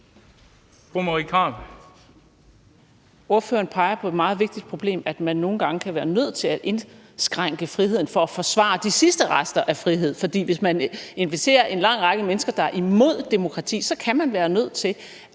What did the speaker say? Ordføreren peger på et meget vigtigt problem, altså at man nogle gange kan være nødt til at indskrænke friheden for at forsvare de sidste rester af frihed. For hvis man inviterer en lang række mennesker, der er imod demokrati, så kan man være nødt til